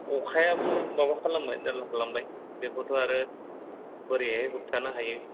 अखायाबो माबा खालामबाय जारला खालामबाय बेखौथ' आरो बोरैहाय होबथानो हायो